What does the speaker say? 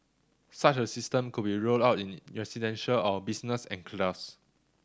such a system could be rolled out in residential or business enclaves